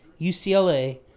UCLA